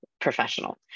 professional